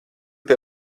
pie